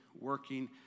working